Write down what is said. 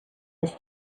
his